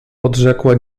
odrzekła